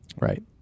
Right